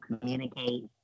communicate